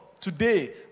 today